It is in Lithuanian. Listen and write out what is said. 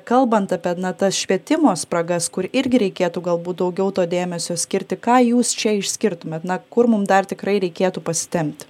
kalbant apie na tas švietimo spragas kur irgi reikėtų galbūt daugiau to dėmesio skirti ką jūs čia išskirtumėt na kur mum dar tikrai reikėtų pasitempti